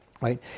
right